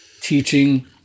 teaching